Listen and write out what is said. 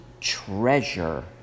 treasure